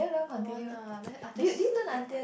don't want lah let others take